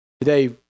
Today